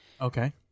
okay